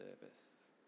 service